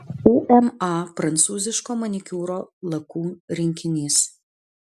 uma prancūziško manikiūro lakų rinkinys